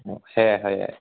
অঁ সেয়াই সেয়াই